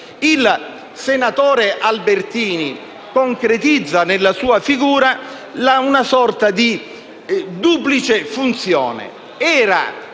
Il senatore Albertini concretizza nella sua figura una sorta di duplice funzione: